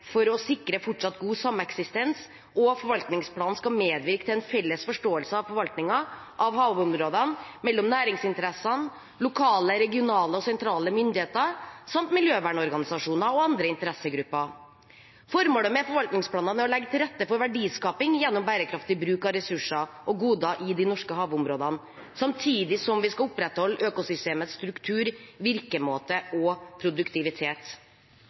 for å sikre fortsatt god sameksistens, og forvaltningsplanen skal medvirke til en felles forståelse av forvaltningen av havområdene mellom næringsinteressene, lokale, regionale og sentrale myndigheter og miljøvernorganisasjoner og andre interessegrupper. Formålet med forvaltningsplanene er å legge til rette for verdiskaping gjennom bærekraftig bruk av ressurser og goder i de norske havområdene, samtidig som vi skal opprettholde økosystemets struktur, virkemåte og produktivitet.